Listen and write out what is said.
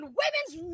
women's